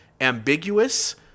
ambiguous